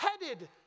headed